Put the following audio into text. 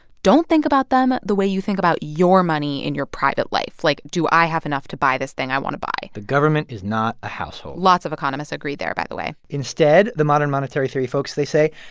don't think about them the way you think about your money in your private life. like, do i have enough to buy this thing i want to buy? the government is not a household lots of economists agree there, by the way instead, the modern monetary theory folks they say,